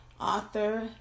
author